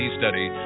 study